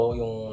yung